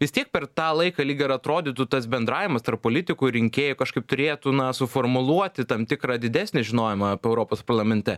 vis tiek per tą laiką lyg ir atrodytų tas bendravimas tarp politikų ir rinkėjų kažkaip turėtų na suformuluoti tam tikrą didesnį žinojimą apie europos parlamente